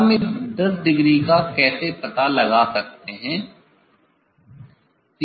हम इस 10 डिग्री का कैसे पता लगा सकते हैं